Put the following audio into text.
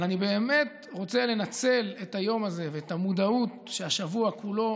אבל אני באמת רוצה לנצל את היום הזה ואת המודעות שהשבוע כולו